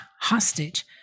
hostage